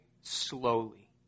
slowly